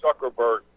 Zuckerberg